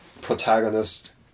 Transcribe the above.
protagonist